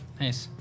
nice